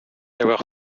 avoir